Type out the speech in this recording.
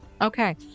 Okay